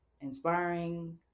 inspiring